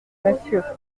monsieur